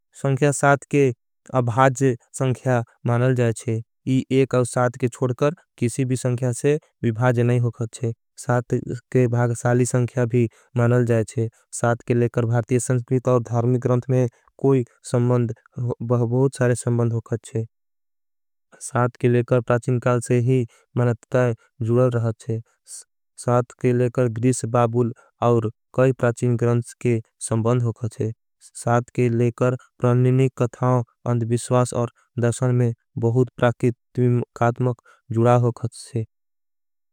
संख्या साथ के अभाज संख्या मानल जाएचे इ एक अभाज साथ। के छोड़कर किसी भी संख्या से विभाज नहीं होगाचे साथ के। बाग साली संख्या भी मानल जाएचे साथ के लेकर भातिय। संख्षिनीत और धार्मी ग्रंत में कोई संबंद बहुत सारे संबंद होगाचे। साथ के लेकर प्राचिन काल से ही मनतिताई जुड़ा रहाचे साथ। के लेकर ग्रिष बाबुल और कई प्राचिन ग्रंत के संबंद होगाचे। साथ के लेकर प्राणिनिक कथाओं अन्धविश्वास और दर्शन में। बहुत प्राकित त्विमकात्मक जुड़ा होगा साथ के लेकर ग्रिष। बाबुल और कई प्राणिनिक कथाओं अन्धविश्वास। और दर्शन में बहुत प्राकित त्विमकात्मक जुड़ा होगाचे।